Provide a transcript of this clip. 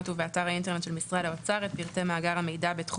ובאתר האינטרנט של משרד האוצר את פרטי מאגר המידע בתחום